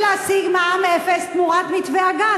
אדוני סגן השר, תתרכז בי.